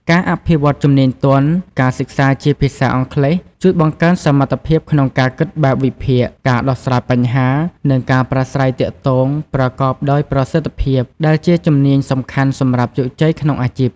ការអភិវឌ្ឍន៍ជំនាញទន់ ការសិក្សាជាភាសាអង់គ្លេសជួយបង្កើនសមត្ថភាពក្នុងការគិតបែបវិភាគ ការដោះស្រាយបញ្ហា និងការប្រាស្រ័យទាក់ទងប្រកបដោយប្រសិទ្ធភាព ដែលជាជំនាញសំខាន់សម្រាប់ជោគជ័យក្នុងអាជីព។